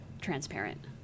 transparent